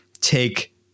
take